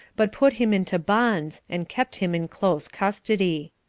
but put him into bonds, and kept him in close custody.